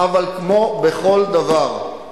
אבל כמו בכל דבר,